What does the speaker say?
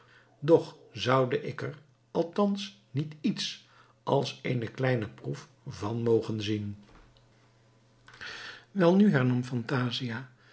doch zoude ik er althans niet iets als eene kleine proef van mogen zien welnu hernam phantasia